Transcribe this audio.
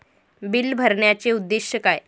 Bill भरण्याचे उद्देश काय?